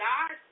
God